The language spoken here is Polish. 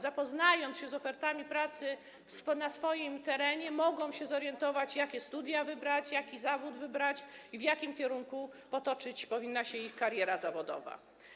Zapoznając się z ofertami pracy na swoim terenie, mogą się zorientować, jakie studia wybrać, jaki zawód wybrać i w jakim kierunku potoczyć powinna się ich kariera zawodowa.